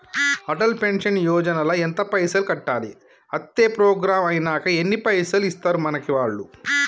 Atal pension Yojana ల ఎంత పైసల్ కట్టాలి? అత్తే ప్రోగ్రాం ఐనాక ఎన్ని పైసల్ ఇస్తరు మనకి వాళ్లు?